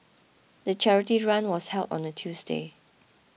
the charity run was held on a Tuesday